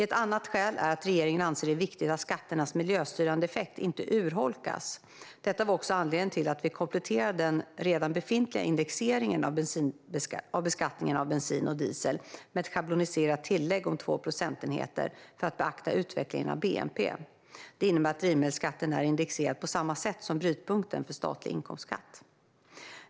Ett annat skäl är att regeringen anser att det är viktigt att skatternas miljöstyrande effekt inte urholkas. Detta var också anledningen till att vi kompletterade den redan befintliga indexeringen av beskattningen av bensin och diesel med ett schabloniserat tillägg om 2 procentenheter, för att beakta utvecklingen av bnp. Det innebär att drivmedelsskatten är indexerad på samma sätt som brytpunkten för statlig inkomstskatt.